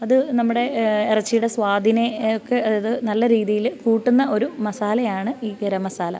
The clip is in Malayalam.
അത് നമ്മുടെ ഇറച്ചീടെ സ്വാദിനെ ഒക്കെ അതായത് നല്ല രീതിയിൽ കൂട്ടുന്ന ഒരു മസാലയാണ് ഈ ഗരം മസാല